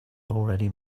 already